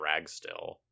Ragstill